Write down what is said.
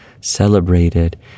celebrated